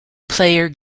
player